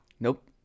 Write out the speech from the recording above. Nope